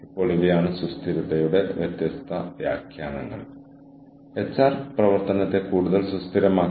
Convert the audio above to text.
ടീമുകളിലേക്കുള്ള staff അലോക്കേഷന്റെ ഏറ്റവും പ്രധാനപ്പെട്ട മാനദണ്ഡമായി ബന്ധങ്ങളെ ഇവിടെ വിവരിച്ചിരിക്കുന്നു